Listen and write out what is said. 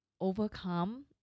overcome